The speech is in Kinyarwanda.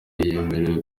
yemerewe